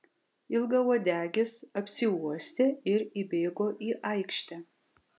ilgauodegis apsiuostė ir įbėgo į aikštę